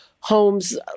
homes